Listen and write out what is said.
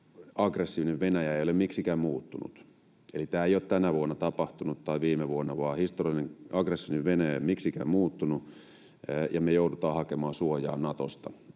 aggressiivinen Venäjä ei ole miksikään muuttunut, eli tämä ei ole tänä vuonna tapahtunut tai viime vuonna, vaan historiallinen aggressiivinen Venäjä ei ole miksikään muuttunut, ja me joudutaan hakemaan suojaa Natosta.